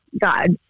God